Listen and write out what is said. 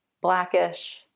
blackish